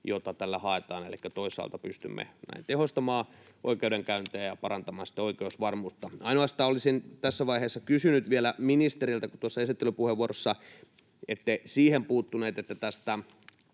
jota tällä haetaan, elikkä toisaalta pystymme näin tehostamaan oikeudenkäyntejä ja parantamaan sitä oikeusvarmuutta. Olisin tässä vaiheessa vielä kysynyt ministeriltä, kun tuossa esittelypuheenvuorossa ette siihen puuttunut, ainoastaan tästä